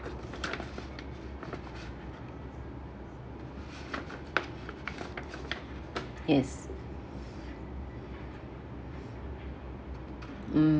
yes mm